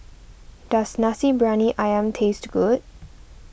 does Nasi Briyani Ayam taste good